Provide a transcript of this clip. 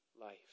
life